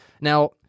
Now